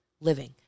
living